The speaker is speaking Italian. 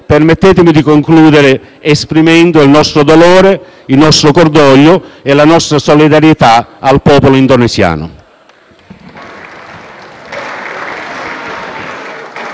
permettetemi di concludere esprimendo il nostro dolore, il cordoglio e la nostra solidarietà al popolo indonesiano.